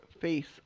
face